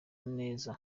neza